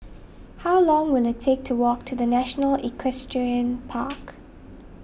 how long will it take to walk to the National Equestrian Park